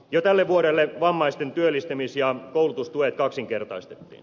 jo tälle vuodelle vammaisten työllistämis ja koulutustuet kaksinkertaistettiin